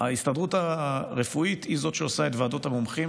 ההסתדרות הרפואית היא שעושה את ועדות המומחים